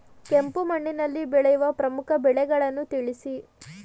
ಕೆಂಪು ಮಣ್ಣಿನಲ್ಲಿ ಬೆಳೆಯುವ ಪ್ರಮುಖ ಬೆಳೆಗಳನ್ನು ತಿಳಿಸಿ?